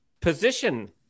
position